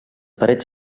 parets